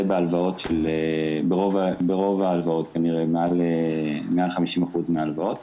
זה ברוב ההלוואות כנראה, יותר מ-50% מן ההלוואות.